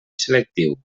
selectiu